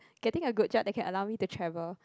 getting a good job that can allow me to travel